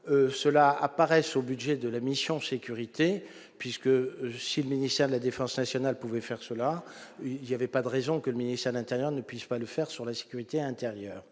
cela apparaisse au budget de la mission sécurité puisque, si le ministère de la Défense nationale pouvait faire cela, il y avait pas de raison que le ministère de l'Intérieur ne puisse pas le faire sur la sécurité intérieure,